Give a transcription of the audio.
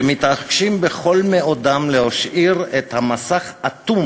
שהם מתעקשים בכל מאודם להשאיר את המסך אטום